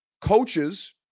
Coaches